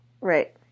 Right